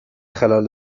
خلال